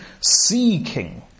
seeking